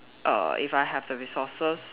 err if I have the resources